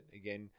again